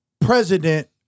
president